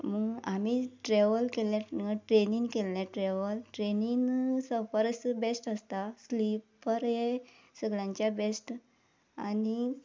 आमी ट्रेवल केल्ले ट्रेनीन केल्लें ट्रेवल ट्रेनीन परस बेस्ट आसता स्लिपर हें सगळ्यांचें बेस्ट आनी